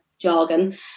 jargon